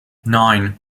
nine